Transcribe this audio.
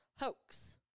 hoax